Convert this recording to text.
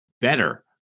better